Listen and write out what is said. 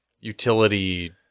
utility